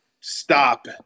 stop